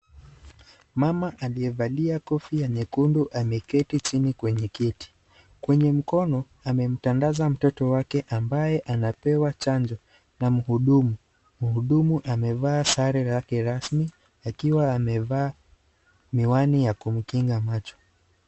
Mama alievalia kofia nyekundu ameketi chini kwenye kiti. Kwenye mkono, amemtandaza mtoto wake ambae anapewa chanjo na mhudumu. Mhudumu amevaa sare yake rasmi akiwa amevaa miwani ya kumkinga macho.